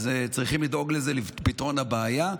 אז צריך לדאוג לפתרון הבעיה.